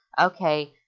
okay